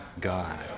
god